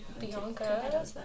Bianca